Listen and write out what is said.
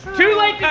too late